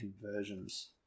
conversions